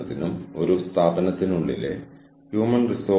അതിനാൽ ദയവായി മുഴുവൻ പറയരുത്